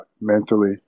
mentally